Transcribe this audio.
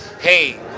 hey